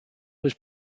was